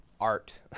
art